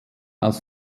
aus